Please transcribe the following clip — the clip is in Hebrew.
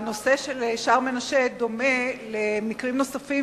נושא "שער מנשה" דומה למקרים נוספים,